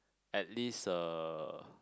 at least uh